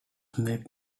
made